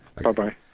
Bye-bye